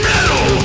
Metal